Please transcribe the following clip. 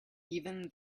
even